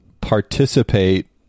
participate